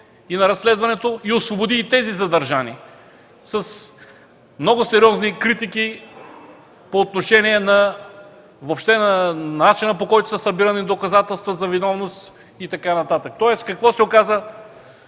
и на разследването – освободи и тези задържани с много сериозни критики по отношение въобще на начина, по който са събирани доказателствата за виновност и така нататък. Какво се оказа?